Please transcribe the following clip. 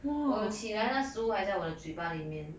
我有起来那食物还在我的嘴巴里面